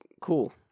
cool